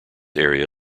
area